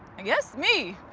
i guess, me.